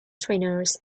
trainers